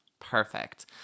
Perfect